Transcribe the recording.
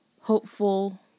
hopeful